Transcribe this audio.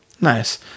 Nice